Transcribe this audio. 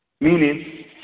meaning